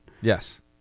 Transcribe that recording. Yes